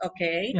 Okay